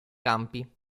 campi